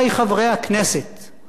אמרתי ואני חוזר ואומר: